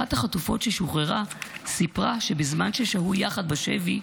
אחת החטופות ששוחררה סיפרה שבזמן ששהו יחד בשבי,